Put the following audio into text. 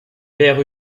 père